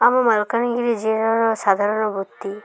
ଆମ ମାଲକାନଗିରି ଜିଲ୍ଲାର ସାଧାରଣ ବୃତ୍ତି